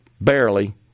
barely